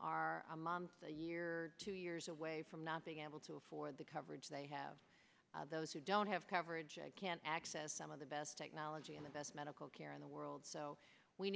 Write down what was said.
are a month or two years away from the being able to afford the coverage they have those who don't have coverage can access some of the best technology and the best medical care in the world so we